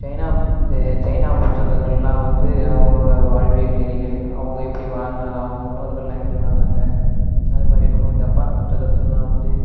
China இந்த China புத்தகங்கள்லாம் வந்து அவங்களோட வாழ்வியல் நெறிகள் அவங்க எப்படி வாழ்ந்தாங்க அவங்க முன்னோர்கள்லாம் எப்படி வாழ்ந்தாங்க அது மாதிரி இருக்கும் ஜப்பான் புத்தகத்துலல்லாம் வந்து